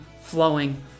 flowing